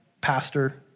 pastor